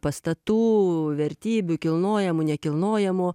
pastatų vertybių kilnojamų nekilnojamų